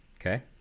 Okay